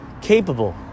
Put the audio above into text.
Capable